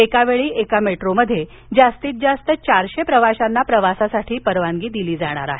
एकावेळी एका मेट्रोमध्ये जास्तीतजास्त चारशे प्रवाश्यांना प्रवासासाठी परवानगी दिली जाणार आहे